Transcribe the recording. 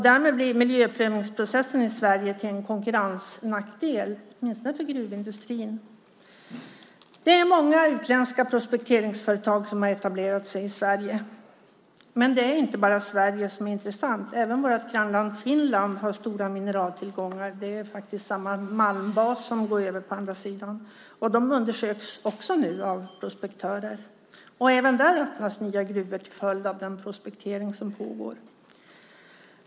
Därmed blir miljöprövningsprocessen i Sverige till en konkurrensnackdel, åtminstone för gruvindustrin. Många utländska prospekteringsföretag har etablerat sig i Sverige, men det är inte bara Sverige som är intressant. Även vårt grannland Finland har stora mineraltillgångar eftersom det faktiskt är samma malmbas som går över på andra sidan. Finland undersöks nu också av prospekteringsföretag. Även där öppnas nya gruvor till följd av den prospektering som pågår.